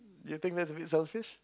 you think that's a bit selfish